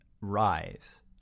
rise